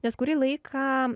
nes kurį laiką